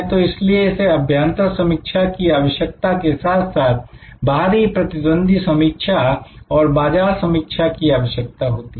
तो इसलिए इसे अभ्यांतर समीक्षा की आवश्यकता के साथ साथ बाहरी प्रतिद्वंदी समीक्षा और बाजार समीक्षा की आवश्यकता होती है